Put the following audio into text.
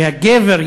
שהגבר,